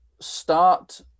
Start